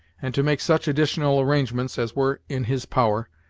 and to make such additional arrangements as were in his power,